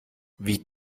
wie